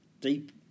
deep